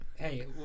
Hey